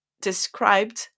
described